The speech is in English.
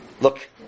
Look